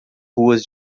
ruas